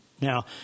Now